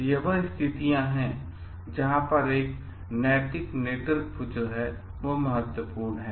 तो यह वह स्थितियां हैं जहाँ यह नैतिक नेतृत्व महत्वपूर्ण है